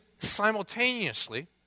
simultaneously